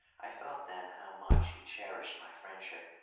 i felt then how much he cherished my friendship.